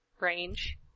range